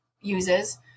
uses